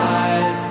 eyes